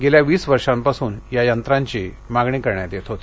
गेल्या वीस वर्षापासून या यंत्रांची मागणी करण्यात येत होती